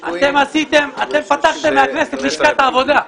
אתם עשיתם מהכנסת לשכת עבודה,